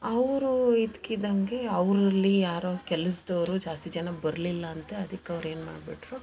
ಅವರು ಇದ್ದಕ್ಕಿದ್ದಂಗೆ ಅವರಲ್ಲಿ ಯಾರೋ ಕೆಲಸದವ್ರು ಜಾಸ್ತಿ ಜನ ಬರಲಿಲ್ಲ ಅಂತೆ ಅದಕ್ಕೆ ಅವ್ರು ಏನು ಮಾಡ್ಬಿಟ್ರು